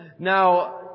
Now